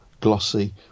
glossy